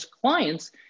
clients